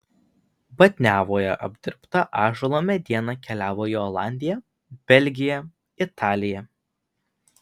batniavoje apdirbta ąžuolo mediena keliavo į olandiją belgiją italiją